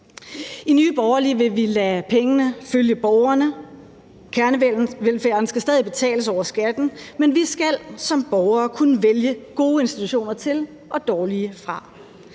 I Nye Borgerlige vil vi lade pengene følge borgerne. Kernevelfærden skal stadig betales over skatten, men vi skal som borgere kunne vælge gode institutioner til og dårlige fra.